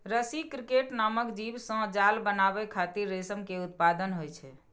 रसी क्रिकेट नामक जीव सं जाल बनाबै खातिर रेशम के उत्पादन होइ छै